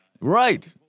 right